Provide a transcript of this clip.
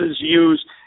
use